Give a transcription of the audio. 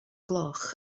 gloch